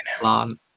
plan